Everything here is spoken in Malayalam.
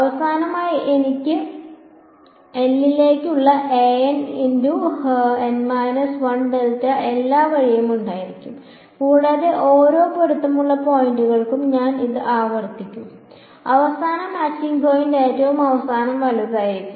അവസാനമായി എനിക്ക് എൽ ലേക്കുള്ള എല്ലാ വഴിയും ഉണ്ടായിരിക്കും കൂടാതെ ഓരോ പൊരുത്തമുള്ള പോയിന്റുകൾക്കും ഞാൻ ഇത് ആവർത്തിക്കും അവസാന മാച്ചിംഗ് പോയിന്റ് ഏറ്റവും അവസാനം വലതുവശത്തായിരിക്കും